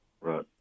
Right